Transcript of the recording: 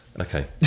Okay